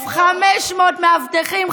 על 1,500 מאבטחים,